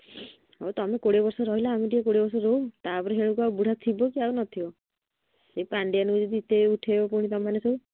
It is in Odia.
ହଉ ତୁମେ କୋଡ଼ିଏ ବର୍ଷ ରହିଲ ଆମେ ଟିକେ କୋଡ଼ିଏ ବର୍ଷ ରହୁ ତାପରେ ଦେଖିଲାବେଳକୁ ଆଉ ବୁଢ଼ା ନଥିବ କି ଆଉ ନଥିବ ସେ ପାଣ୍ଡିଆନ ଯଦି ଏତେ ଉଠେଇବ ପୁଣି ତୁମେମାନେ ସବୁ